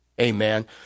Amen